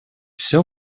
все